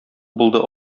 булды